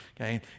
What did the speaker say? okay